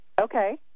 Okay